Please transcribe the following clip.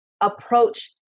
approach